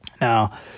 Now